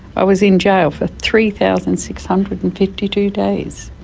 i was in jail for three thousand six hundred and fifty two days.